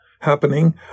happening